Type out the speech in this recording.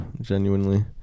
genuinely